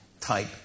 type